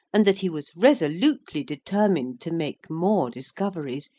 and that he was resolutely determined to make more discoveries,